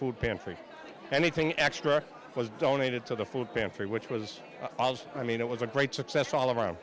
food pantry anything extra was donated to the food pantry which was i mean it was a great success all around